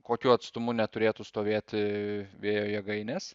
kokiu atstumu neturėtų stovėti vėjo jėgainės